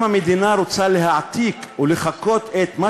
אם המדינה רוצה להעתיק או לחקות את מה